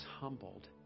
humbled